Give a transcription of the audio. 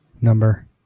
Number